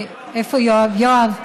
יואב,